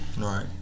Right